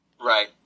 Right